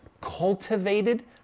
cultivated